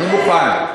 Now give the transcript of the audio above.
אני מוכן.